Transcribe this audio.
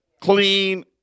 clean